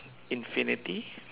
infinity